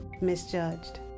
misjudged